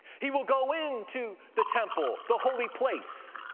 he will go into the temple, the holy place,